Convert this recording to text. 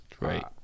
Right